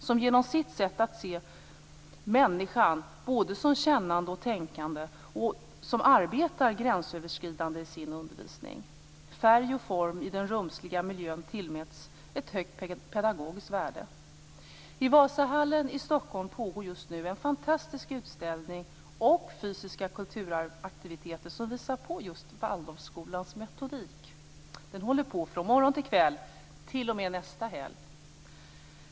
Den ser människan som både kännande och tänkande och arbetar gränsöverskridande i sin undervisning. Färg och form i den rumsliga miljön tillmäts ett högt pedagogiskt värde. I Wasahallen i Stockholm pågår just nu en fantastisk utställning, och även fysiska kulturaktiviteter, som visar på Waldorfskolans metodik. Den håller på från morgon till kväll t.o.m. nästa helg.